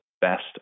best